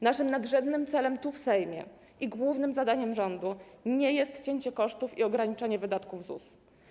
Naszym nadrzędnym celem tu, w Sejmie, i głównym zadaniem rządu nie jest cięcie kosztów i ograniczenie wydatków ZUS.